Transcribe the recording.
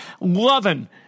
loving